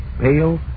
pale